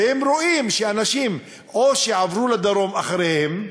והם רואים שאנשים שעברו לדרום אחריהם,